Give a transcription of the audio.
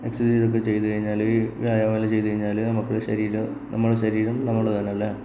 exercise ഒക്കെ ചെയ്തുകഴിഞ്ഞാല് വ്യായാമം എല്ലാം ചെയ്തുകഴിഞ്ഞാല് നമുക്ക് ശരീരം നമ്മളുടെ ശരീരം